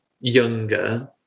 younger